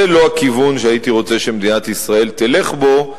זה לא הכיוון שהייתי רוצה שמדינת ישראל תלך בו.